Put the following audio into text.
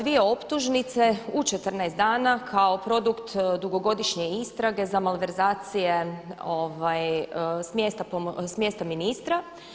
Dvije optužnice u 14 dana kao produkt dugogodišnje istrage za malverzacije s mjesta ministra.